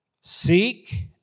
Seek